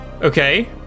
Okay